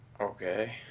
Okay